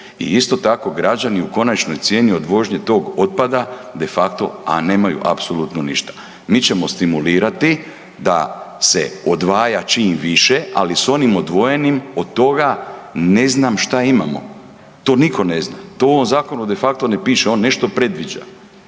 i isto tako građani u konačnoj cijeni od vožnje tog otpada de facto, a nemaju apsolutno ništa. Mi ćemo stimulirati da se odvaja čim više, ali s onim odvojenim od toga ne znam šta imamo, to niko ne zna, to u ovom zakonu de facto ne piše, on nešto predviđa